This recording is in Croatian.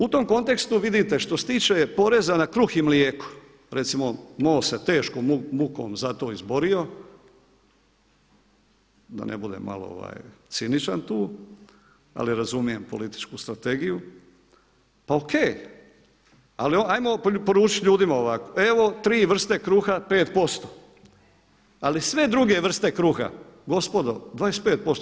U tom kontekstu vidite što se tiče poreza na kruh i mlijeko recimo MOST se teškom mukom za to izborio da ne budem malo ciničan tu, ali razumijem političku strategiju, pa ok ali ajmo poručiti ljudima ovako, evo tri vrste kruha 5%, ali sve druge vrste kruha gospodo 25%